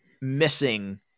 missing